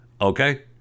okay